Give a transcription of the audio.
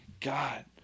God